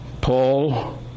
Paul